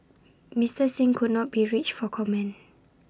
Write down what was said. Mister Singh could not be reached for comment